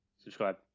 subscribe